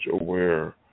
aware